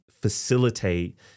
facilitate